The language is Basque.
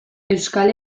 euskal